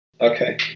Okay